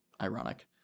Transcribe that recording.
Ironic